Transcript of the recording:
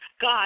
God